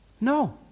No